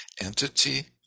entity